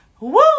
Woo